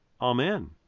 Amen